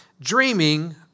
Dreaming